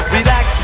Relax